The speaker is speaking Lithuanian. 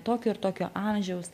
tokio ir tokio amžiaus